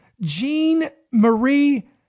Jean-Marie